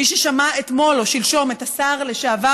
מי ששמע אתמול או שלשום את השר לשעבר